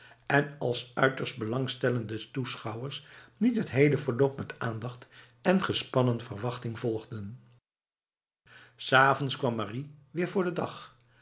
en als uiterst belangstellende toeschouwers niet het hele verloop met aandacht en in gespannen verwachting volgden s avonds kwam marie weer voor den dag